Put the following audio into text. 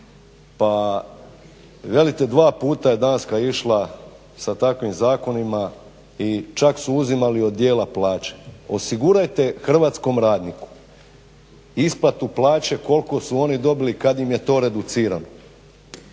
pa velite dva puta je Danska išla sa takvim zakonima i čak su uzimali od djela plaće. Osigurajte hrvatskom radniku isplatu plaće koliko su oni dobili kad im je to reducirano.